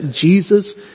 Jesus